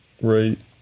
right